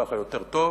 ככה זה יותר טוב.